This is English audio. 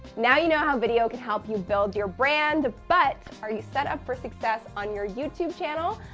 now you know how video can help you build your brand, but are you set up for success on your youtube channel?